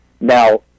Now